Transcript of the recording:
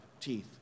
teeth